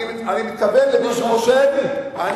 אני מתכוון למי שחושב,